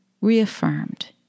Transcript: reaffirmed